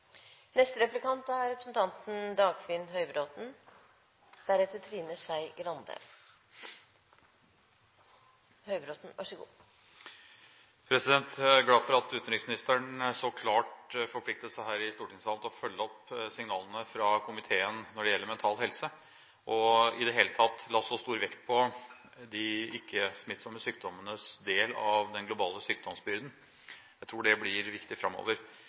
Jeg er glad for at utenriksministeren så klart forpliktet seg her i stortingssalen til å følge opp signalene fra komiteen når det gjelder mental helse, og i det hele tatt la så stor vekt på de ikke-smittsomme sykdommenes del av den globale sykdomsbyrden. Jeg tror det blir viktig framover.